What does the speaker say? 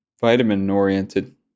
Vitamin-oriented